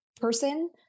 person